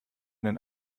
den